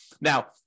Now